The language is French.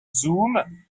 zoom